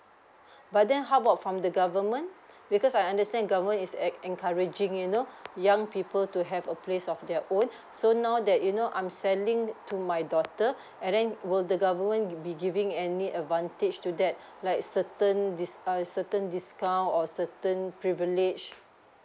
but then how about from the government because I understand government is enc~ encouraging you know young people to have a place of their own so now that you know I'm selling to my daughter and then will the government be giving any advantage to that like certain dis~ err certain discount or certain privilege